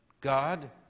God